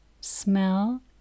smell